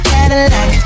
Cadillac